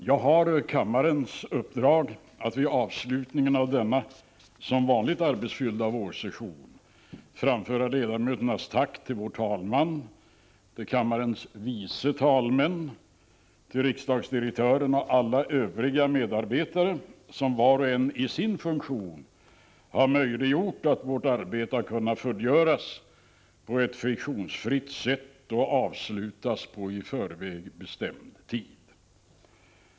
Jag har kammarens uppdrag att vid avslutningen av denna som vanligt arbetsfyllda vårsession framföra ledamöternas tack till vår talman, till kammarens vice talmän, till riksdagsdirektören och till alla övriga medarbetare, som var och en i sin funktion har möjliggjort att vårt arbete har kunnat fullgöras på ett friktionsfritt sätt och avslutas på i förväg bestämd tid.